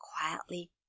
quietly